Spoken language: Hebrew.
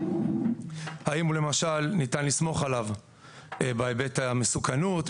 האם למשל ניתן לסמוך עליו בהיבט המסוכנות,